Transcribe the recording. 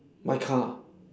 my car